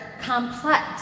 complex